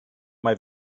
mae